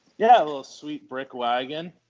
yeah little sweet, brick wagon,